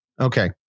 Okay